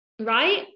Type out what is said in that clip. right